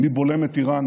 מי בולם את איראן,